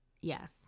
Yes